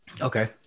Okay